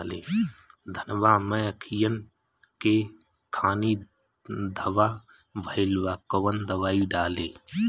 धनवा मै अखियन के खानि धबा भयीलबा कौन दवाई डाले?